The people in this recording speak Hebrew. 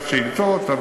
השאילתות,